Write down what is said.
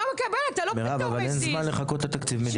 מירב, אבל אין זמן לחכות לתקציב מדינה.